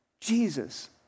Jesus